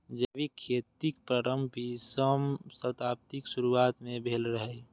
जैविक खेतीक प्रारंभ बीसम शताब्दीक शुरुआत मे भेल रहै